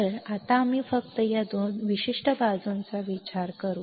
तर आता आम्ही फक्त या विशिष्ट बाजूचा विचार करू